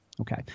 Okay